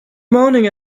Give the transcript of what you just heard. morning